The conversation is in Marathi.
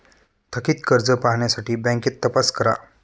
थकित कर्ज पाहण्यासाठी बँकेत तपास करा